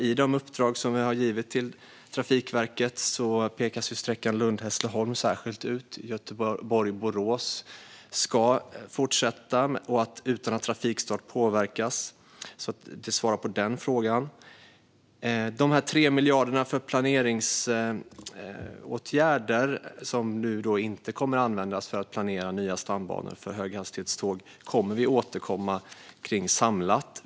I de uppdrag som vi har givit till Trafikverket pekas särskilt sträckan Lund-Hässleholm ut. Man ska fortsätta med sträckan Göteborg-Borås utan att trafikstart påverkas. De 3 miljarderna för planeringsåtgärder, som nu inte kommer att användas för att planera nya stambanor för höghastighetståg, kommer vi att återkomma om samlat.